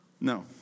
No